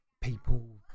people